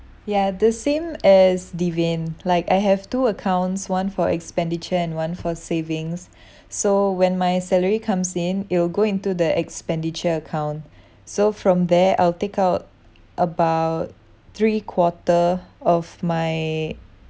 ya the same as devin like I have two accounts one for expenditure and one for savings so when my salary comes in it'll go into the expenditure account so from there I'll take out about three quarter of my